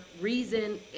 reason